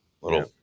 little